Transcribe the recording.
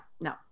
no